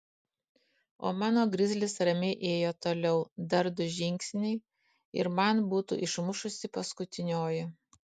o mano grizlis ramiai ėjo toliau dar du žingsniai ir man būtų išmušusi paskutinioji